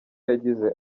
yagize